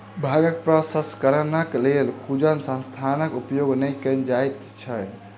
भांगक प्रसंस्करणक लेल खुजल स्थानक उपयोग नै कयल जाइत छै